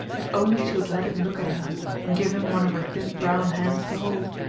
if only she would let him look at her and give him one of her thin brown hands to hold.